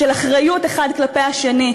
של אחריות אחד כלפי השני.